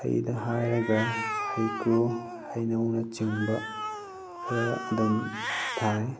ꯍꯩꯗ ꯍꯥꯏꯔꯒ ꯍꯩꯀ꯭ꯔꯨ ꯍꯩꯅꯧꯅ ꯆꯤꯡꯕ ꯈꯔ ꯑꯗꯨꯝ ꯊꯥꯏ